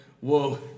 Whoa